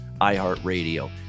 iHeartRadio